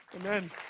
Amen